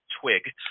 twig